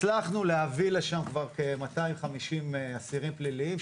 הצלחנו להביא לשם כבר כ-250 אסירים פליליים,